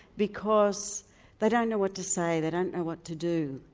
because they don't know what to say, they don't know what to do.